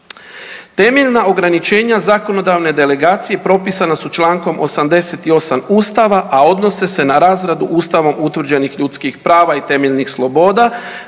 Temeljna ograničenja zakonodavne delegacije propisana su čl. 88. Ustava, a odnose se na razradu Ustavom utvrđenih ljudskih prava i temeljnih sloboda,